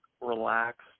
relaxed